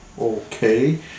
Okay